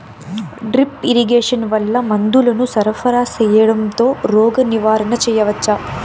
Drip irrigation వల్ల మందులను సరఫరా సేయడం తో రోగ నివారణ చేయవచ్చా?